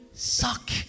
Suck